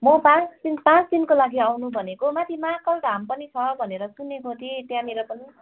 म पाँच दिन पाँच दिनको लागि आउँनु भनेको माथि महाकल धाम पनि छ भनेर सुनेको थिएँ त्यहाँनिर पनि